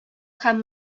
һәм